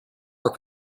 work